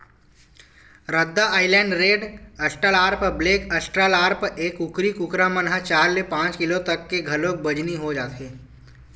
रद्दा Island Red, Australorp, black Australorp, ए कुकरी कुकरा मन ह चार ले पांच किलो तक के घलोक बजनी हो जाथे